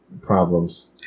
problems